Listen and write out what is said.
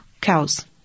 cows